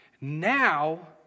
Now